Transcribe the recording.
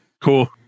Cool